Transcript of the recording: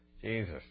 Jesus